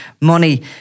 money